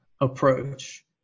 approach